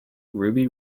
ruby